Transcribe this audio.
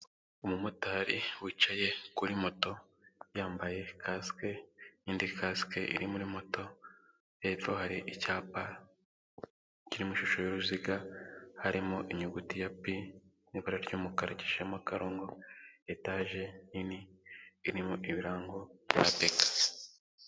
Umumotari wicaye kuri moto yambaye kasike n'indi kasike iri muri moto, hepfo hari icyapa k'amashusho y'uruziga, harimo inyuguti ya pi mu ibara ry'umukara gifitemo akarongo, etaje nini irimo ibirango bya BK.